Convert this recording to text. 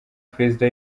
perezida